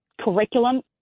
curriculum